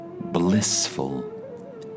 blissful